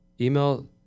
email